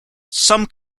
some